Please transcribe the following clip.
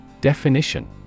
Definition